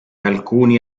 alcuni